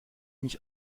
mich